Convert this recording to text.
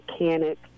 mechanic